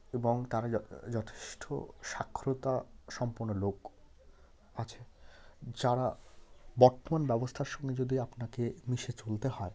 এবং তারা যথ যথেষ্ঠ সাক্ষরতা সম্পন্ন লোক আছে যারা বর্তমান ব্যবস্থার সঙ্গে যদি আপনাকে মিশে চলতে হয়